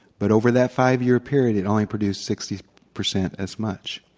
but over that five-year period, it only produced sixty percent as much.